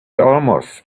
almost